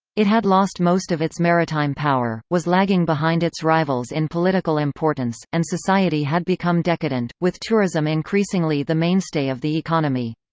it had lost most of its maritime power, was lagging behind its rivals in political importance, and society had become decadent, with tourism increasingly the mainstay of the economy.